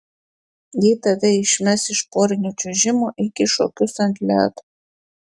jei tave išmes iš porinio čiuožimo eik į šokius ant ledo